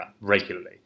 regularly